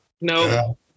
No